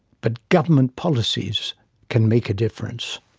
but government policies can make a difference.